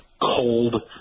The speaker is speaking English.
cold